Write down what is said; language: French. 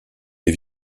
les